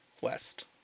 West